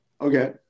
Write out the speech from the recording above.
Okay